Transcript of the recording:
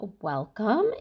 welcome